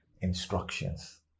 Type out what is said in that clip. instructions